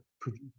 produce